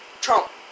Trump